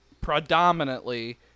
predominantly